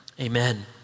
Amen